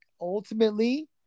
ultimately